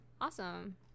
Awesome